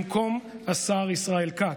במקום השר ישראל כץ,